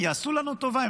הם יעשו לנו טובה,